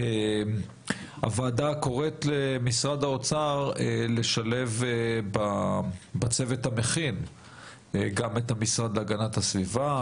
הוועדה קוראת למשרד האוצר לשלב בצוות המכין גם את המשרד להגנת הסביבה,